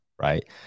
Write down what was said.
right